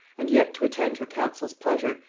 and yet to attend her council's pleasure,